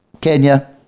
Kenya